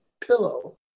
pillow